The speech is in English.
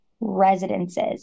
residences